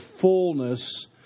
fullness